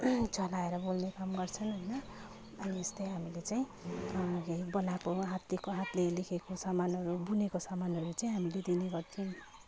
चलाएर बोल्ने काम गर्छन् होइन अरू यस्तै हामीले चाहिँ बनाएको हातको हातले लेखेको सामानहरू बुनेको सामानहरू चाहिँ हामीले दिने गर्थ्यौँ